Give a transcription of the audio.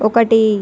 ఒకటి